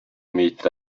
meet